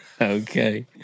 Okay